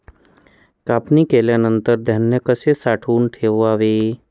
कापणी केल्यानंतर धान्य कसे साठवून ठेवावे?